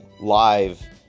live